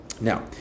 Now